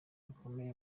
gakomeye